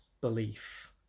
belief